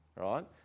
Right